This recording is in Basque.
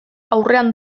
aurrean